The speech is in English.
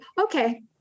Okay